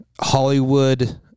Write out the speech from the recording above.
Hollywood